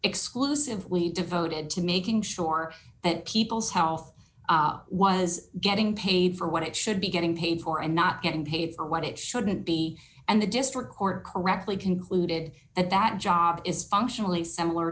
exclusively devoted to making sure that people's health was getting paid for what it should be getting paid for and not getting paid what it shouldn't be and the district court correctly concluded that that job is functionally similar